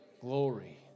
Glory